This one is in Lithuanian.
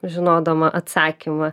žinodama atsakymą